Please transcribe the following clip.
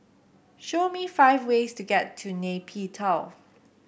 show me five ways to get to Nay Pyi Taw